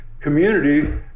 community